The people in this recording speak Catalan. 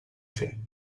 fer